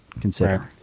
consider